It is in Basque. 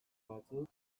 batzuk